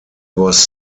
was